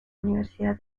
universidad